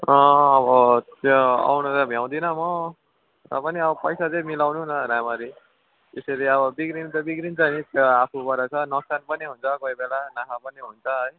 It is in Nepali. अब त्यहाँ आउन त भ्याउँदिन म तैपनि अब पैसा चाहिँ मिलाउनु न राम्ररी यसरी अब बिग्रिन त बिग्रिन्छ नि आफूबाट त नोक्सान पनि हुन्छ कोही बेला नाफा पनि हुन्छ है